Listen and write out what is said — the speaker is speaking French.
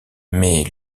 mais